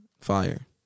Fire